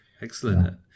Excellent